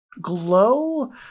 glow